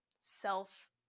self